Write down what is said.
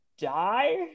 die